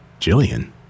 Jillian